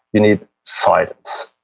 you need silence.